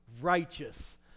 righteous